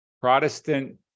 Protestant